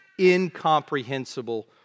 incomprehensible